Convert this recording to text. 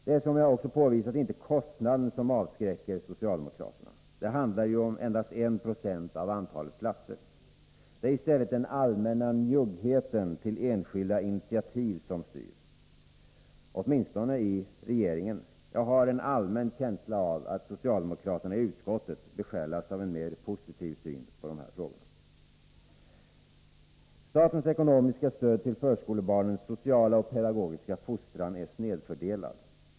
Det är, som jag också påvisat, inte kostnaden som avskräcker socialdemokraterna. Det handlar ju om endast 1 26 av antalet platser. Det är i stället den allmänna njuggheten gentemot enskilda initiativ som styr — åtminstone i regeringen. Jag har en allmän känsla av att socialdemokraterna i utskottet har en mer positiv syn på de här frågorna. Statens ekonomiska stöd till förskolebarnens sociala och pedagogiska fostran är snedfördelat.